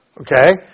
okay